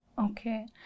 Okay